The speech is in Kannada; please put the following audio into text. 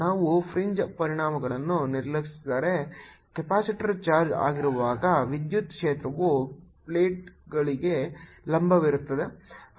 ನಾವು ಫ್ರಿಂಜ್ ಪರಿಣಾಮಗಳನ್ನು ನಿರ್ಲಕ್ಷಿಸಿದರೆ ಕೆಪಾಸಿಟರ್ ಚಾರ್ಜ್ ಆಗಿರುವಾಗ ವಿದ್ಯುತ್ ಕ್ಷೇತ್ರವು ಪ್ಲೇಟ್ಗಳಿಗೆ ಲಂಬವಾಗಿರುತ್ತದೆ